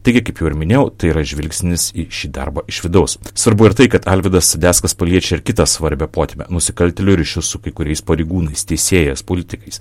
taigi kaip jau ir minėjau tai yra žvilgsnis į šį darbą iš vidaus svarbu ir tai kad alvydas sadeckas paliečia ir kitą svarbią potemę nusikaltėlių ryšius su kai kuriais pareigūnais teisėjas politikais